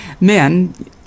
men